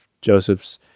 Joseph's